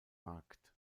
markt